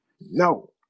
No